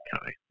okay